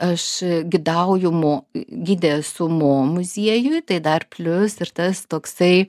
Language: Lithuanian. aš gidauju mo gidė esu mo muziejuj tai dar plius ir tas toksai